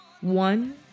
one